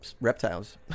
reptiles